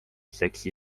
seksi